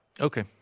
Okay